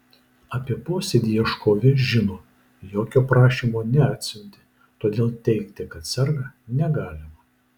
apie posėdį ieškovė žino jokio prašymo neatsiuntė todėl teigti kad serga negalima